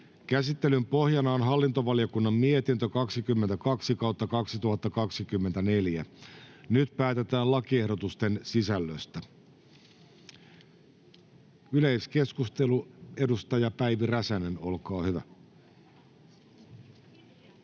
Käsittelyn pohjana on hallintovaliokunnan mietintö HaVM 22/2024 vp. Nyt päätetään lakiehdotusten sisällöstä. — Yleiskeskustelu, edustaja Päivi Räsänen, olkaa hyvä.